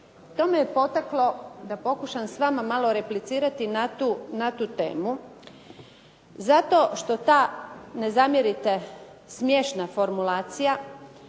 To me potaklo da pokušavam s vama malo replicirati na tu temu zato što ta, ne zamjerite, smiješna formulacija